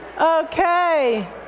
Okay